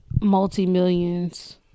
multi-millions